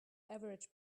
average